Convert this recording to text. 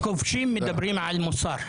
כובשים מדברים על מוסר.